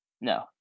No